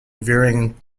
varying